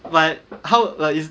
but how like it's